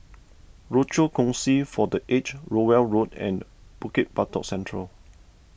Rochor Kongsi for the Aged Rowell Road and Bukit Batok Central